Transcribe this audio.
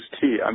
tea